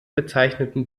bezeichneten